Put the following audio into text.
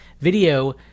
video